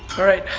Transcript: alright,